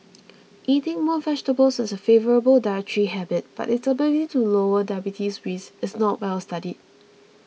eating more vegetables is a favourable dietary habit but its ability to lower diabetes risk is not well studied